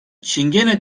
çingene